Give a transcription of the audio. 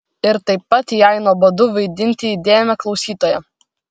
ir taip pat jai nuobodu vaidinti įdėmią klausytoją